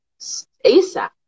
ASAP